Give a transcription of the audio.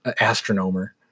astronomer